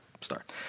start